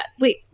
Wait